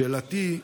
שאלתי: